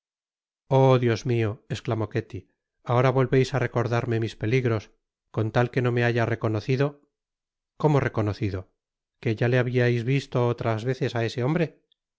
oh dios mío esclamó ketty ahora volveis á recordarme mis peligros con tal que no me haya reconocido i cómo reconocido que ya le habias visto oiras veces á ese hombre